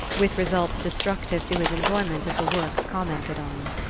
with results destructive to his enjoyment of the works commented on.